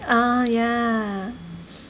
ah yeah